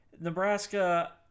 Nebraska